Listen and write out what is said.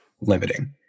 Limiting